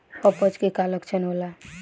अपच के का लक्षण होला?